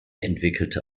entwickelte